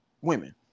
women